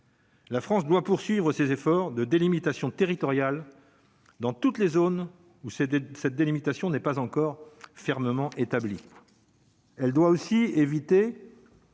la France doit poursuivre ses efforts de délimitation territoriale dans toutes les zones où c'est cette délimitation n'est pas encore fermement établi, elle doit aussi éviter.